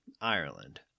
Ireland